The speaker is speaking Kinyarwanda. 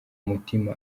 umutima